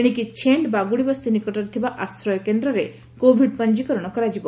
ଏଣିକି ଛେଣ୍ଡ ବାଗୁଡିବସ୍ଡି ନିକଟରେ ଥିବା ଆଶ୍ରୟ କେନ୍ଦରେ କୋଭିଡ୍ ପଞୀକରଣ କରାଯିବ